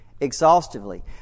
exhaustively